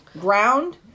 ground